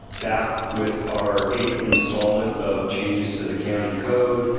back with our eight installment of changes to the county code.